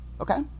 Okay